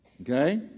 Okay